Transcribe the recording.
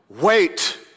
Wait